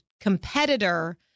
competitor